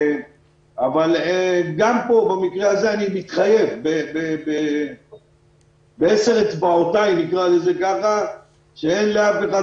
גם פה במקרה הזה אני מתחייב בעשר אצבעותיי שאין לאף אחד